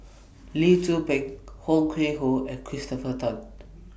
Lee Tzu Pheng Ho Yuen Hoe and Christopher Tan